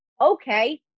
okay